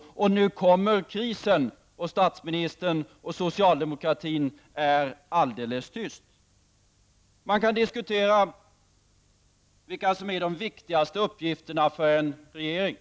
Nu kommer krisen, och statsministern och andra inom socialdemokratin är helt tysta. Man kan diskutera vilka som är de viktigaste uppgifterna för en regering.